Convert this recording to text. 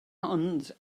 ond